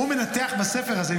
הוא מנתח בספר הזה,